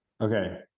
Okay